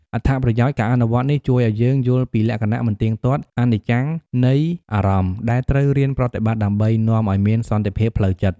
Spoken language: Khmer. អត្ថប្រយោជន៍ ការអនុវត្តន៍នេះជួយឲ្យយើងយល់ពីលក្ខណៈមិនទៀងទាត់ អនិច្ចំនៃអារម្មណ៍ ដែលត្រូវរៀនប្រត្តិបត្តិដើម្បីនាំឲ្យមានសន្តិភាពផ្លូវចិត្ត។